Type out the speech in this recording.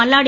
Malladi